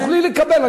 תוכלי לקבל.